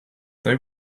they